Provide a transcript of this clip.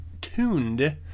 tuned